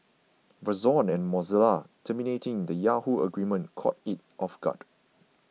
Verizon and Mozilla terminating the Yahoo agreement caught it off guard